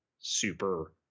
super